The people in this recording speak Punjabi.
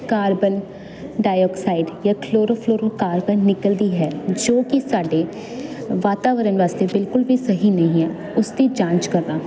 ਕਾਰਬਨ ਡਾਇਓਅਕਸਾਈਡ ਜਾਂ ਕਲੋਰੋਫਲੋਰੋਕਾਰਬਨ ਨਿਕਲਦੀ ਹੈ ਜੋ ਕਿ ਸਾਡੇ ਵਾਤਾਵਰਨ ਵਾਸਤੇ ਬਿਲਕੁਲ ਵੀ ਸਹੀ ਨਹੀਂ ਹੈ ਉਸ ਦੀ ਜਾਂਚ ਕਰਨਾ